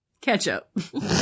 Ketchup